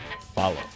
Follow